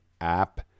app